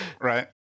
Right